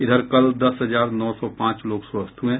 इधर कल दस हजार नौ सौ पांच लोग स्वस्थ हये